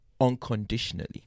unconditionally